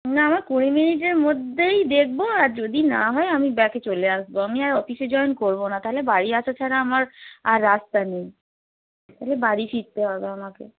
না আমার কুড়ি মিনিটের মধ্যেই দেখব আর যদি না হয় আমি ব্যাকে চলে আসব আমি আর অফিসে জয়েন করব না তাহলে বাড়ি আসা ছাড়া আমার আর রাস্তা নেই তাহলে বাড়ি ফিরতে হবে আমাকে